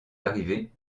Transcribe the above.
arrivé